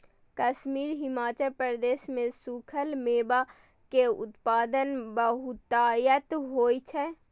कश्मीर, हिमाचल प्रदेश मे सूखल मेवा के उत्पादन बहुतायत मे होइ छै